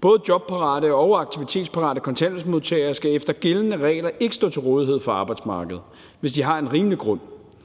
Både jobparate og aktivitetsparate kontanthjælpsmodtagere skal efter gældende regler ikke stå til rådighed for arbejdsmarkedet, hvis de har en rimelig grund.